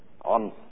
on